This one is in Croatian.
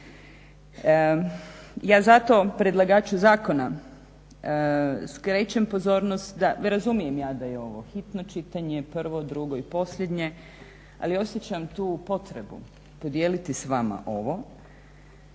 Ja zato predlagaču zakona skrećem pozornost, razumijem ja da je ovo hitno čitanje prvo, drugo i posljednje, ali osjećam tu potrebu podijeliti s vama ovo